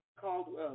Caldwell